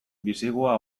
bisigua